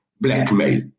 blackmail